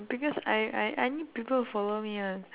because I I I need people to follow me [one]